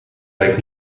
lijkt